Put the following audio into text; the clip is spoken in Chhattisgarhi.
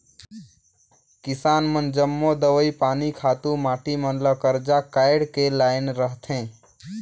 किसान मन जम्मो दवई पानी, खातू माटी मन ल करजा काएढ़ के लाएन रहथें